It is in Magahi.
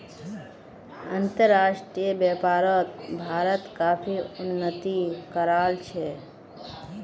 अंतर्राष्ट्रीय व्यापारोत भारत काफी उन्नति कराल छे